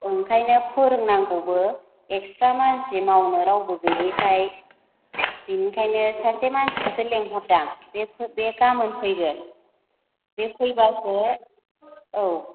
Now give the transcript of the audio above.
ओंखायनो फोरोंनांगौबो एक्स्ट्रा मानसि मावनो रावबो गैयैखाय बिनिखायनो सासे मानसिखौसो लिंहरदों आं बे फै बे गाबोन फैगोन बे फैब्लासो औ